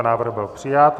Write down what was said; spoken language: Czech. Návrh byl přijat.